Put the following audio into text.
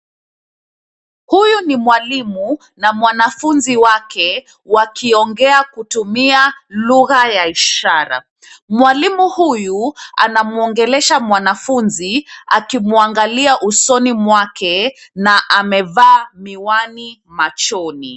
Huyu ni mwalimu na mwanafunzi wake wakiongea kutumia lugha ya ishara. Mwalimu huyu anamwongelesha mwanafunzi akimwangalia usoni mwake na amevaa miwani machoni.